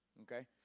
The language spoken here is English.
Okay